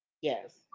Yes